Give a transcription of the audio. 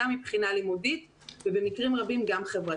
גם מבחינה לימודית ובמקרים רבים גם חברתית.